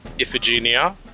Iphigenia